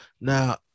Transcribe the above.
now